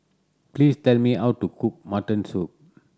please tell me how to cook mutton soup